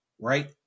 Right